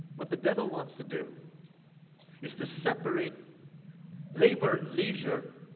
what the devil wants to do is to separate labor, leisure,